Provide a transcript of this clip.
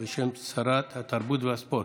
בשם שרת התרבות והספורט.